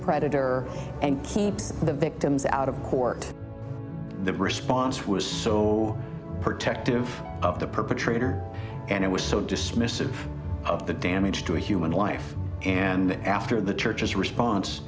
predator and keeps the victims out of court the response was so protective of the perpetrator and it was so dismissive of the damage to human life and after the church's response